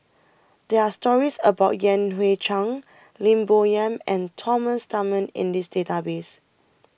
There Are stories about Yan Hui Chang Lim Bo Yam and Thomas Dunman in The Database